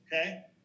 Okay